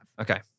Okay